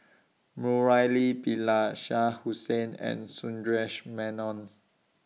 Murali Pillai Shah Hussain and Sundaresh Menon